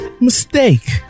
mistake